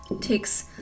Takes